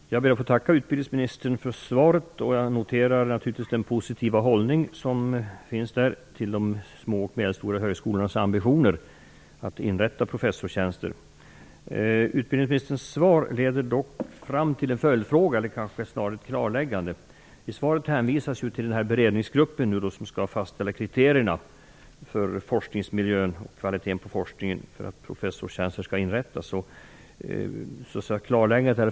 Herr talman! Jag ber att få tacka utbildningsministern för svaret. Jag noterar i svaret en positiv hållning till de små och medelstora högskolornas ambitioner att inrätta professorstjänster. Utbildningsministerns svar leder dock fram till en följdfråga eller kanske snarare ett klarläggande. I svaret hänvisas till den beredningsgrupp som skall fastställa kriterierna för forskningsmiljön och kvaliteten på forskningen för att professorstjänster skall inrättas.